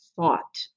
thought